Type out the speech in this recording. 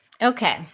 Okay